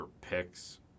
picks